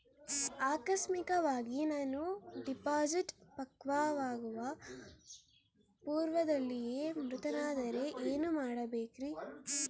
ಆಕಸ್ಮಿಕವಾಗಿ ನಾನು ಡಿಪಾಸಿಟ್ ಪಕ್ವವಾಗುವ ಪೂರ್ವದಲ್ಲಿಯೇ ಮೃತನಾದರೆ ಏನು ಮಾಡಬೇಕ್ರಿ?